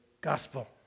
gospel